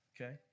okay